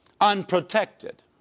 unprotected